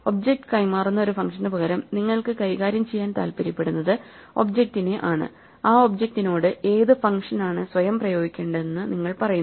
object കൈമാറുന്ന ഒരു ഫംഗ്ഷനുപകരം നിങ്ങൾക്ക് കൈകാര്യം ചെയ്യാൻ താൽപ്പര്യപ്പെടുന്നത് ഒബ്ജെക്ടിനെ ആണ് ആ ഒബ്ജെക്ടിനോട് ഏത് ഫംഗ്ഷനാണ് സ്വയം പ്രയോഗിക്കേണ്ടതെന്ന് നിങ്ങൾ പറയുന്നു